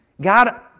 God